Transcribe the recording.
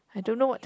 I don't know what